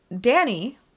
Danny